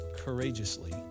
courageously